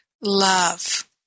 love